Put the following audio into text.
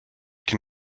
can